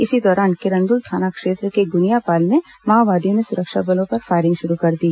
इसी दौरान किरंदुल थाना क्षेत्र के गुनियापाल में माओवादियों ने सुरक्षा बलों पर फायरिंग शुरू कर दी